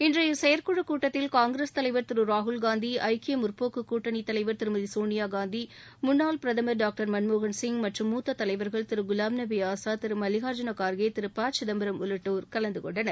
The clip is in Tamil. இன்றைய செயற்குழுக் கூட்டத்தில் காங்கிரஸ் தலைவர் திரு ராகுல்காந்தி ஐக்கிய முற்போக்கு கூட்டணித் தலைவர் திருமதி சோனியாகாந்தி முன்னாள் பிரதமர் டாங்டர் மன்மோகன் சிங் மற்றும் மூத்த தலைவர்கள்கள் திரு குலாம் நபி ஆஸாத் திரு மல்விகார்ஜூன கார்கே திரு ப சிதம்பரம் உள்ளிட்டோர் கலந்து கொண்டனர்